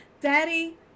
Daddy